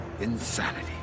Insanity